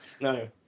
no